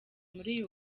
muri